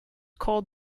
called